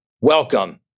welcome